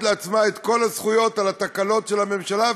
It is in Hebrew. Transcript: לעצמה את כל הזכויות על התקלות של הממשלה,